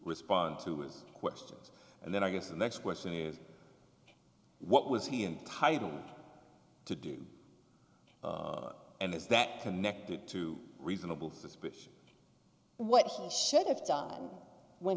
respond to his questions and then i guess the next question is what was he entitle to do and is that connected to reasonable suspicion what he should have done when